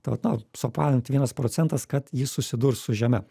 tai vat na suapvalint vienas procentas kad jis susidurs su žeme